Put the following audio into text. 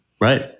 Right